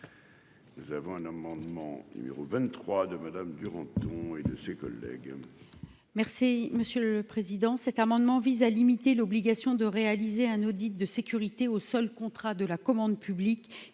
nous avons un amendement numéro 23 de Madame Durand ton et de ses collègues.